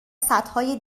سدهای